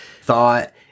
thought